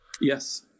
Yes